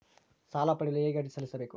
ಸಾಲ ಪಡೆಯಲು ಹೇಗೆ ಅರ್ಜಿ ಸಲ್ಲಿಸಬೇಕು?